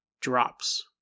drops